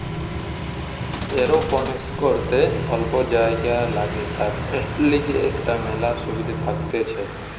aeroponics করিতে অল্প জাগা লাগে, তার লিগে এটার মেলা সুবিধা থাকতিছে